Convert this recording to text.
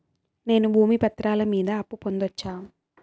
నేను భూమి పత్రాల మీద అప్పు పొందొచ్చా?